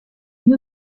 une